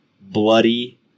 Bloody